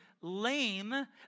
lame